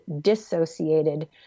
dissociated